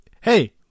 Hey